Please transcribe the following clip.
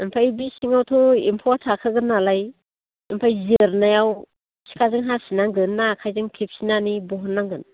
आमफ्राय बे सिङावथ' एम्फौआ थाखागोन नालाय आमफ्राय जिरनायाव सिखाजों हासिनांगोन ना आखाइजों खेबसिनानै बहन नांगोन